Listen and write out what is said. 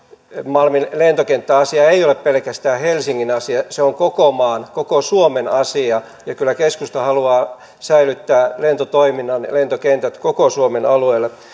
malmin lentokenttäasia ei ole pelkästään helsingin asia se on koko maan koko suomen asia keskusta haluaa säilyttää lentotoiminnan lentokentät koko suomen alueella